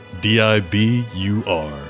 D-I-B-U-R